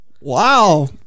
Wow